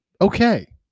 Okay